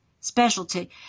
specialty